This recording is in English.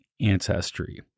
ancestry